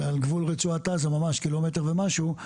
על גבול רצועת עזה ממש קילומטר ומשהו.